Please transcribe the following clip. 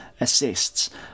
assists